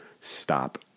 stop